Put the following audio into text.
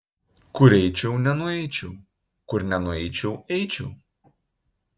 kur eičiau nenueičiau kur nenueičiau eičiau